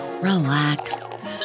relax